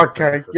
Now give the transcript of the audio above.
Okay